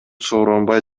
сооронбай